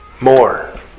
More